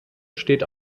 steht